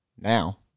Now